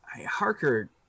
Harker